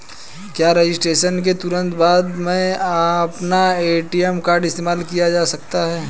क्या रजिस्ट्रेशन के तुरंत बाद में अपना ए.टी.एम कार्ड इस्तेमाल किया जा सकता है?